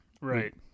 Right